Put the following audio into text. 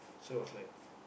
so I was like